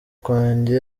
kwanjye